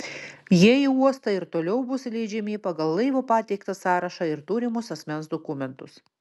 jie į uostą ir toliau bus įleidžiami pagal laivo pateiktą sąrašą ir turimus asmens dokumentus